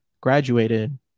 graduated